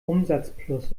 umsatzplus